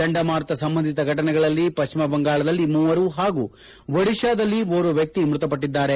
ಚಂಡಮಾರುತ ಸಂಬಂಧಿತ ಘಟನೆಗಳಲ್ಲಿ ಪಟ್ಟಿಮ ಬಂಗಾಳದಲ್ಲಿ ಮೂವರು ಪಾಗೂ ಒಡಿತಾದಲ್ಲಿ ಓರ್ವ ವ್ಯಕ್ತಿ ಮೃತಪಟ್ಟಿದ್ದಾರೆ